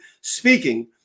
speaking